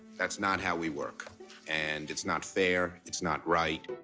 that's not how we work and it's not fair, it's not right.